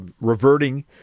reverting